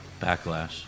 Backlash